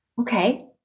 Okay